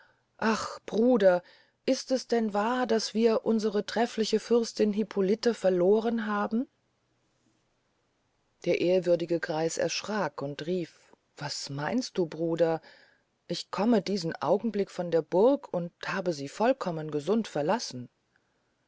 ach bruder ist es denn wahr daß wir unsere trefliche fürstin hippolite verloren haben der ehrwürdige greis erschrack und rief was meinst du bruder ich komme diesen augenblick von der burg und habe sie vollkommen gesund verlassen